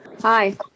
Hi